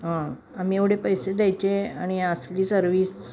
हां आम्ही एवढे पैसे द्यायचे आणि असली सर्विस